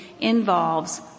involves